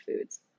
foods